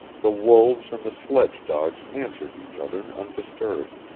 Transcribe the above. the wolves and the sledge-dogs answered each other undisturbed